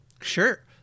sure